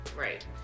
Right